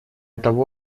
того